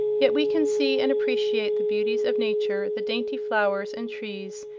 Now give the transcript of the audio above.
yet we can see and appreciate the beauties of nature, the dainty flowers and trees,